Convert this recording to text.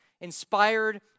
inspired